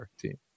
team